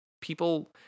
people